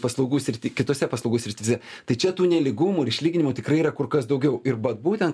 paslaugų srity kitose paslaugų srityse tai čia tų nelygumų ir išlyginimo tikrai yra kur kas daugiau ir bat būtent